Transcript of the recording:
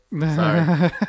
Sorry